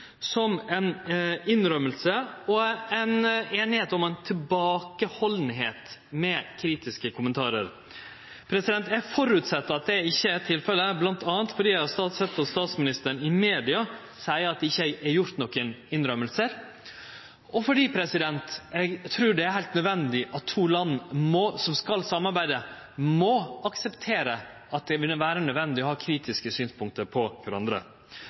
når ein les henne, kan forståast som ei innrømming og ei einigheit om å vere tilbakehalden med kritiske kommentarar. Eg føreset at det ikkje er tilfellet, bl.a. fordi eg har sett at statsministeren i media seier at det ikkje er gjort nokon innrømmingar, og fordi eg trur det er heilt nødvendig at to land som skal samarbeide, må akseptere at det vil vere nødvendig å ha kritiske synspunkt på